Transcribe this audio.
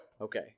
Okay